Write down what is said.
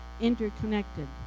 interconnected